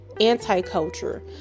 anti-culture